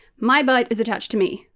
my butt is attached to me.